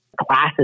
classes